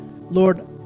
Lord